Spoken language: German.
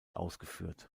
ausgeführt